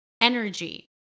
energy